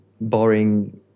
boring